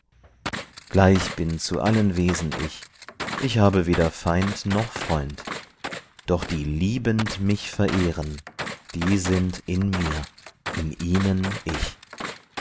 gleich bin zu allen wesen ich ich habe weder feind noch freund doch die liebend mich verehren die sind in mir in ihnen ich